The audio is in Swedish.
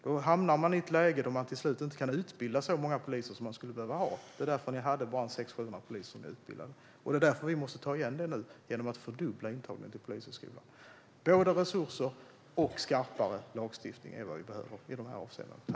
Då hamnar man i ett läge där man till slut inte kan utbilda så många poliser som man skulle behöva ha. Det var därför ni bara hade 600-700 poliser som utbildades. Det måste vi nu ta igen genom att fördubbla intaget till Polishögskolan. Både resurser och skarpare lagstiftning är vad vi behöver i de här avseendena.